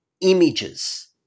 images